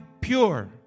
pure